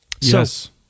Yes